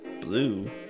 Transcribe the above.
Blue